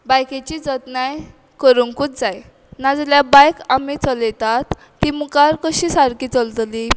बायकेची जतनाय करुंकूच जाय नाजाल्या बायक आमी चलयतात ती मुकार कशी सारकी चलतली